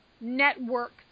network